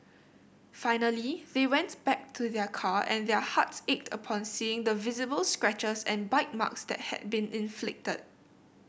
finally they went back to their car and their hearts ached upon seeing the visible scratches and bite marks that had been inflicted